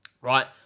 Right